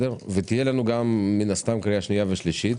ותהיה לנו גם מן הסתם הכנה לקריאה השנייה והשלישית.